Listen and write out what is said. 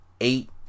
eight